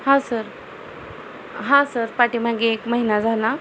हां सर हां सर पाठीमागे एक महिना झाला